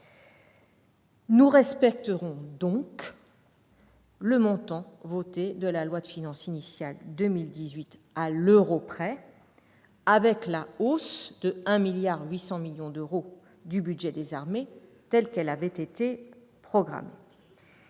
Nous respecterons donc le montant voté dans la loi de finances initiale pour 2018 à l'euro près, avec la hausse de 1,8 milliard d'euros du budget des armées, telle qu'elle avait été programmée.